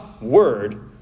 word